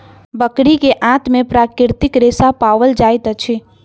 बकरी के आंत में प्राकृतिक रेशा पाओल जाइत अछि